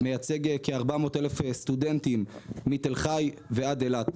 מייצג כ-400,000 סטודנטים מתל חי ועד אילת.